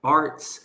arts